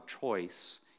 choice